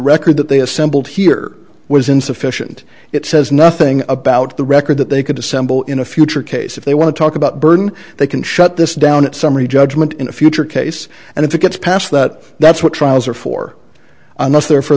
record that they assembled here was insufficient it says nothing about the record that they could assemble in a future case if they want to talk about burden they can shut this down at summary judgment in a future case and if it gets past that that's what trials are for unless they're for